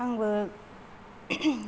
आंबो